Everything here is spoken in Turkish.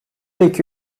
iki